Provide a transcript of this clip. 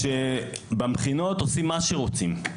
על כך שבמכינות עושים מה שרוצים.